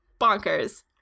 bonkers